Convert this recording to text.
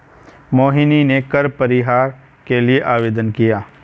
मोहिनी ने कर परिहार के लिए आवेदन किया